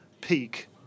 peak